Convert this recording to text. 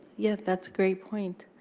yeah, that's a great point.